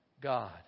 God